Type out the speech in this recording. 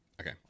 Okay